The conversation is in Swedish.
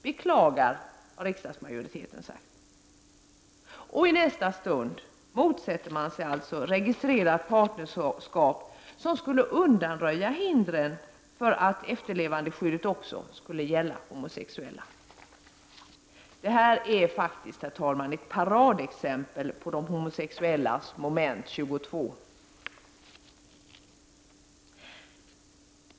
Beklagar, har riksdagsmajoriteten sagt. Och i nästa stund motsätter man sig alltså registrerat partnerskap som skulle undanröja hindret för att efterlevandeskyddet också skulle gälla homosexuella. Det här är faktiskt ett paradexempel på de homosexuellas Moment 22!